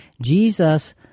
Jesus